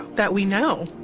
that we know.